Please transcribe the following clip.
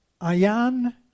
Ayan